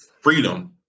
freedom